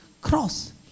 cross